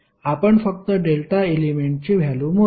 आपण फक्त डेल्टा एलिमेंटची व्हॅल्यु मोजू